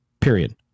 period